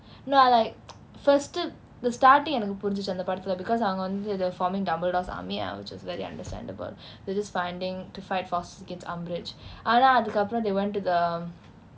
no I like first to the starting எனக்கு புரிச்சுச்சு அந்த படத்தில:enakku purinchuchu antha padathila because அவங்க வந்து:avnga vanthu they were forming dumbledore's army which was very understandable they just finding to fight forces against umbridge ஆனா அதுக்கு அப்புறம்:aanaa athukku appuram they went to the